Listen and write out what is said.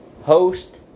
host